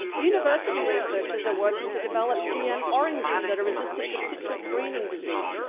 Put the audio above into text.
university researchers are working to develop gm oranges that are resistant to citrus greening disease,